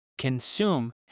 consume